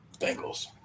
Bengals